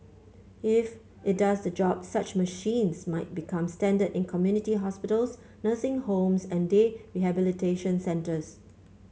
if it does the job such machines might become standard in community hospitals nursing homes and day rehabilitation centres